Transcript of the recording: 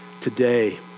today